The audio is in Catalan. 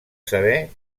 saber